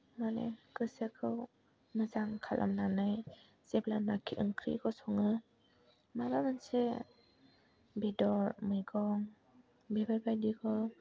माने गोसोखौ मोजां खालामनानै जेब्लानाखि ओंख्रिखौ सङो माबा मोनसे बेदर मैगं बेफोरबायदिखौ